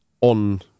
on